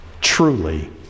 truly